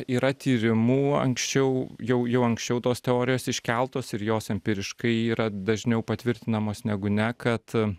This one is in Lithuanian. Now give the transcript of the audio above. yra tyrimų anksčiau jau jau anksčiau tos teorijos iškeltos ir jos empiriškai yra dažniau patvirtinamos negu ne kad